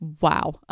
wow